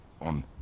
on